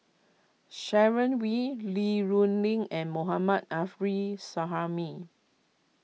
Sharon Wee Li Rulin and Mohammad Afri Suhaimi